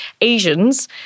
Asians